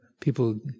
people